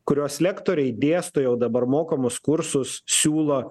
kurios lektoriai dėsto jau dabar mokamus kursus siūlo